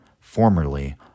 Formerly